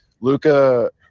Luca